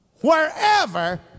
wherever